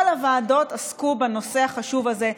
כל הוועדות עסקו בנושא החשוב הזה,